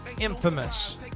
Infamous